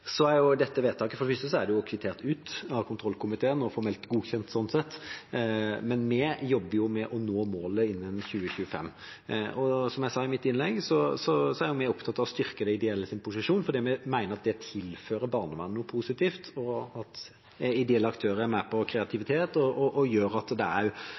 er dette vedtaket for det første kvittert ut av kontroll- og konstitusjonskomiteen og slik sett formelt godkjent, men vi jobber med å nå målet innen 2025. Som jeg sa i mitt innlegg, er vi opptatt av å styrke de ideelles posisjon, for vi mener de tilfører barnevernet noe positivt, at ideelle aktører tilfører kreativitet og gjør at det også er